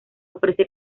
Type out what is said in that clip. ofrece